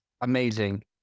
amazing